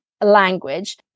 language